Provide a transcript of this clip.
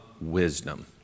wisdom